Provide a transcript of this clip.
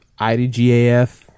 IDGAF